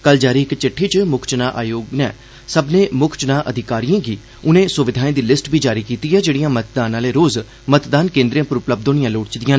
कल जारी इक चिट्ठी च मुक्ख चुनां आयोग नै सब्बनें मुक्ख चुनां अधिकारिएं गी उनें सुविघाएं दी लिस्ट बी जारी कीती ऐ जेड़ियां मतदान आले रोज मतदान केन्द्रें पर उपलब्य होनियां लोड़चदियां